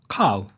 cow